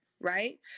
Right